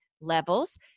levels